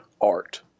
art